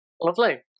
lovely